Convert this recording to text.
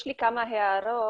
יש לי כמה הערות.